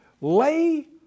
Lay